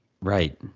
Right